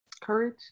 courage